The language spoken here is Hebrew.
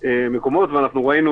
ואפילו יובאו